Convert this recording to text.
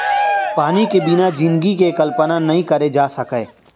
पानी के बिना जिनगी के कल्पना नइ करे जा सकय